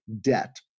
debt